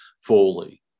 fully